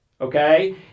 Okay